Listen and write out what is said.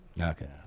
Okay